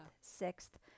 sixth